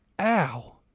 ow